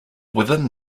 within